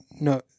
no